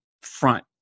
front